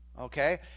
okay